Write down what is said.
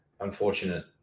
unfortunate